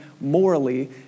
morally